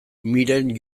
miren